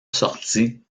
sortie